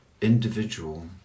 individual